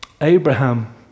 Abraham